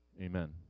Amen